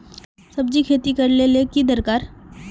सब्जी खेती करले ले की दरकार?